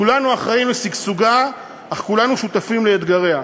כולנו אחראים לשגשוגה אך כולנו שותפים לאתגריה.